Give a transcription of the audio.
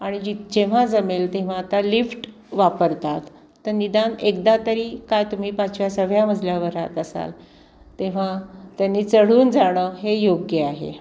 आणि जी जेव्हा जमेल तेव्हा आता लिफ्ट वापरतात तर निदान एकदा तरी काय तुम्ही पाचव्या सहाव्या मजल्यावर राहात असाल तेव्हा त्यांनी चढून जाणं हे योग्य आहे